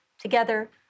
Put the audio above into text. Together